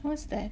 what's that